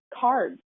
cards